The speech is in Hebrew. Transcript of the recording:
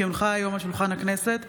כי הונחה היום על שולחן הכנסת,